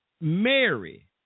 Mary